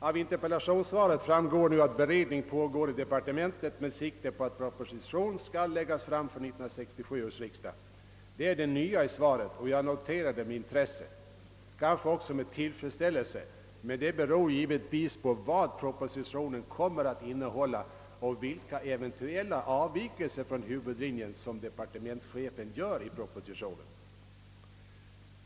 Av interpellationssvaret framgår att beredning nu pågår i departementet med sikte på att proposition skall läggas fram för 1967 års riksdag. Detta är det nya i svaret, och jag noterar det med intresse — kanske också med tillfredsställelse, men det beror givetvis på vad propositionen kommer att innehålla och vilka eventuella avvikelser från huvudlinjen som departementschefen gör i propositionen.